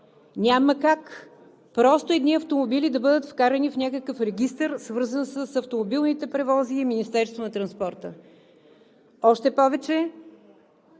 Няма как просто едни автомобили да бъдат вкарани в някакъв регистър, свързан с автомобилните превози и Министерството